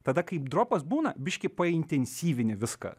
tada kai dropas būna biškį suintensyvini viską